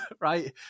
right